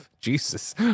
Jesus